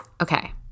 Okay